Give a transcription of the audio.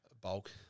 bulk